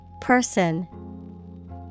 Person